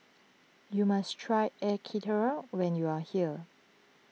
you must try Air Karthira when you are here